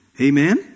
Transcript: Amen